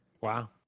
wow